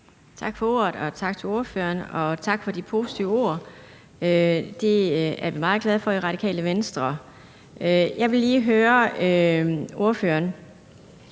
Tak for ordet, tak til ordføreren, og tak for de positive ord. Det er vi meget glade for i Radikale Venstre. Jeg vil lige høre ordføreren,